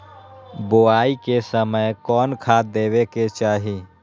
बोआई के समय कौन खाद देवे के चाही?